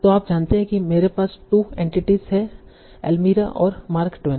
तो आप जानते हैं कि मेरे पास 2 एंटिटीस हैं एल्मिरा और मार्क ट्वेन